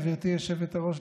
גברתי היושבת-ראש,